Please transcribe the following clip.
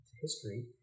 history